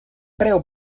preu